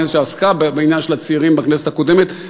חברת הכנסת שעסקה בעניין של הצעירים בכנסת הקודמת,